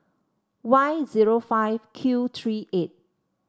Y zero five Q three eight